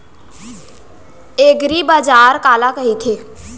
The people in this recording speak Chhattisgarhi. एगरीबाजार काला कहिथे?